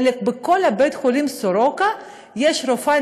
ובכל בית-חולים "סורוקה" יש רופאה